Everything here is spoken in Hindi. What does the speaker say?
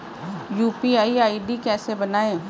यू.पी.आई आई.डी कैसे बनाएं?